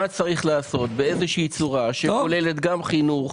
מה יש לעשות באיזושהי צורה שכוללת גם חינוך,